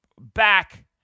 back